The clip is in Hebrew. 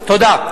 תודה.